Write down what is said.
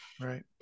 Right